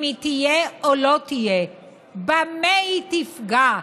אם היא תהיה או לא תהיה, במה היא תפגע?